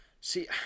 See